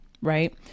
right